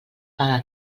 paga